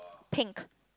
pink